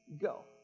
Go